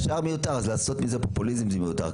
לעשות מזה פופוליזם, זה מיותר.